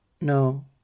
No